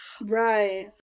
right